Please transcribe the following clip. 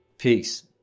Peace